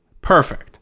perfect